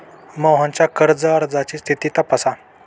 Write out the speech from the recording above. मोहनच्या कर्ज अर्जाची स्थिती तपासा